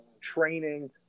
training